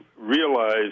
realize